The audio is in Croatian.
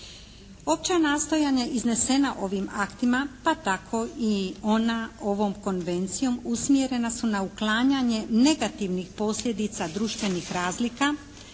Opća nastojanja iznesena ovim aktima, pa tako i ona ovom Konvencijom usmjerena su na uklanjanje negativnih posljedica društvenih razlika,